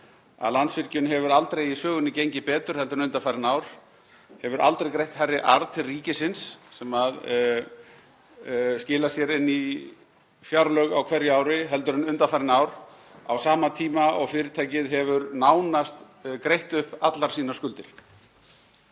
að Landsvirkjun hefur aldrei í sögunni gengið betur heldur en undanfarin ár, hefur aldrei greitt hærri arð til ríkisins, sem skilar sér inn í fjárlög á hverju ári, heldur en undanfarin ár á sama tíma og fyrirtækið hefur nánast greitt upp allar sínar skuldir.